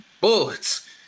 bullets